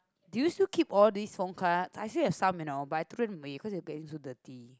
do you still keep all this phone cards I still have some you know but I threw them away cause they'll be like aiyo so dirty